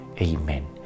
Amen